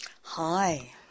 Hi